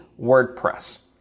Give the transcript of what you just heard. WordPress